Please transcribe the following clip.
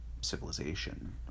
civilization